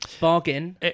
Bargain